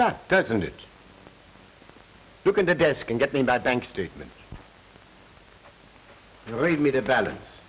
lot doesn't it look at the desk and get me a bad bank statement you read me to balance